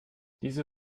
diese